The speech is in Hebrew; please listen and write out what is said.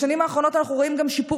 בשנים האחרונות אנחנו רואים גם שיפור